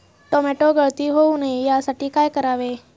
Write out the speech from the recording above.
Tomato गळती होऊ नये यासाठी काय करावे?